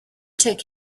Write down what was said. took